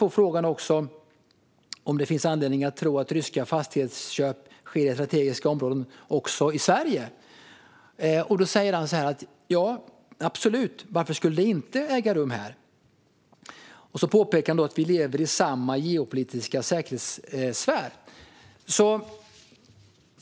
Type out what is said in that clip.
På frågan om det finns anledning att tro att ryska fastighetsköp görs i strategiska områden också i Sverige svarar Oscar Jonsson: "Ja, absolut. Varför skulle det inte äga rum här?" Han påpekar också att "vi lever i samma geopolitiska säkerhetssfär".